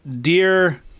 Dear